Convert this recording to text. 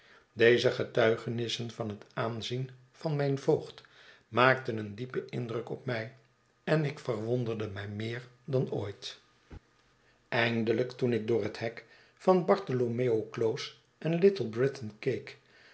deze getuigenissen van het aanzien van mijn voogd maakten een diepen indruk op mij en ik verwonderde mij meer dan ooit eindelijk toen ik door het hek van bartholomew close in little britain